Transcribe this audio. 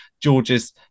George's